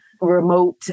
remote